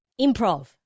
Improv